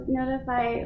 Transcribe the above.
notify